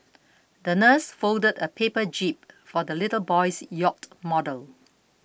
the nurse folded a paper jib for the little boy's yacht model